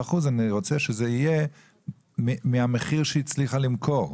15% אני רוצה שזה יהיה מהמחיר שהיא הצליחה למכור,